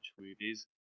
movies